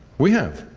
we have